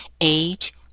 age